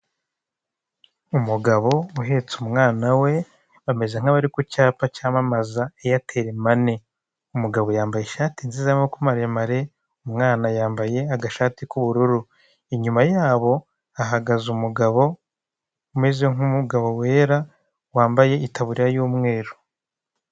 Umugabo uhetse umwana we, bameze nk'abari ku cyapa cyamamaza airtel mane umugabo yambaye ishati nziza maremare, umwana yambaye agashati k'ubururu, inyuma yabo hahagaze umugabo umeze nk'umugabo wera wambaye itaburiya y'umweru.